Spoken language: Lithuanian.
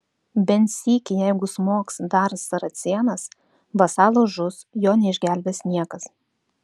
bent sykį jeigu smogs dar saracėnas vasalas žus jo neišgelbės niekas